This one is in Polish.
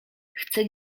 chcę